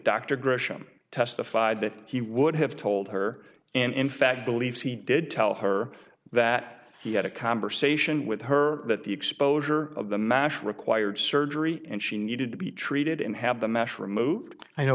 dr gresham testified that he would have told her and in fact believes he did tell her that he had a conversation with her that the exposure of the mash required surgery and she needed to be treated and have the mesh removed i know